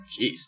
Jeez